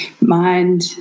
mind